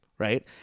Right